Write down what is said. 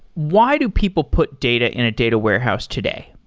why do people put data in a data warehouse today?